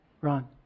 Ron